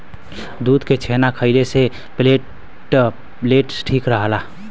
दूध के छेना खइले से प्लेटलेट ठीक रहला